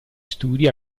studi